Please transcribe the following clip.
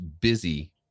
busy